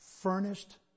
Furnished